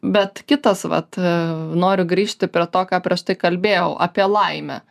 bet kitas vat noriu grįžti prie to ką prieš tai kalbėjau apie laimę